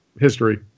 history